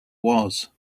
was